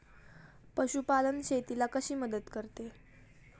पशुपालन शेतीला कशी मदत करते?